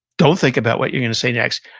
don't think about what you're going to say next.